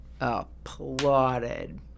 applauded